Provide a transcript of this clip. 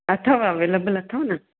अथव अवेलेबल अथव न